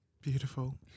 Beautiful